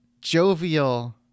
jovial